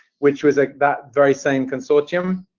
which was at that very same consortium.